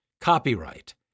Copyright